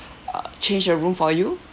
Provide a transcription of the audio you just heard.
uh change the room for you